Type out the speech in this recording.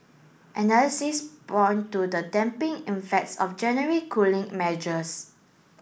analysis point to the effects of January cooling measures